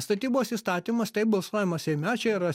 statybos įstatymas taip balsuojama seime čia yra